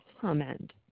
comment